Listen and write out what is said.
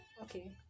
Okay